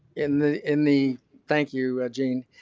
in the in the thank you, gene.